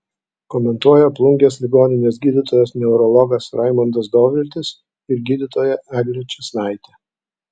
komentuoja plungės ligoninės gydytojas neurologas raimondas doviltis ir gydytoja eglė čėsnaitė